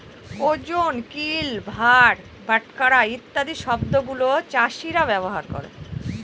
ওজন, কিল, ভার, বাটখারা ইত্যাদি শব্দগুলা চাষীরা ব্যবহার করে